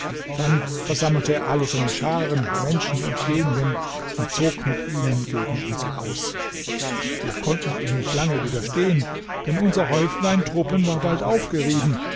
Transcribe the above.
dann versammelte er alle seine scharen menschen und genien und zog mit ihnen gegen uns aus wir konnten ihm nicht lange widerstehen denn unser häuflein truppen war bald aufgerieben